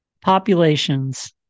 populations